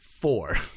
four